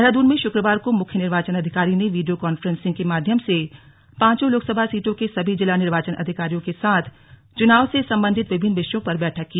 देहरादून में शुक्रवार को मुख्य निर्वाचन अधिकारी ने वीडियो कांफ्रेसिंग के माध्यम से पांचों लोकसभा सीटों के सभी जिला निर्वाचन अधिकारियों के साथ चुनाव से संबंधित विभिन्न विषयों पर बैठक की